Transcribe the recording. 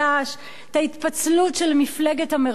את ההתפצלות של מפלגת המרכז,